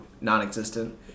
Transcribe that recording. non-existent